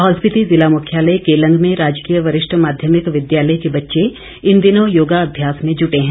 लाहौल स्पीति ज़िला मुख्यालय केलंग में राजकीय वरिष्ठ माध्यमिक विद्यालय के बच्चे इन दिनों योगा अभ्यास में जुटे हैं